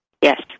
Yes